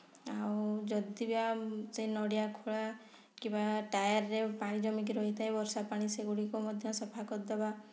ଆଉ ଯଦି ବା ସେ ନଡ଼ିଆ ଖୋଳ କିମ୍ୱା ଟାୟାର୍ରେ ପାଣି ଜମିକି ରହି ଥାଏ ବର୍ଷା ପାଣି ସେଗୁଡ଼କୁ ମଧ୍ୟ ସଫା କରି ଦବା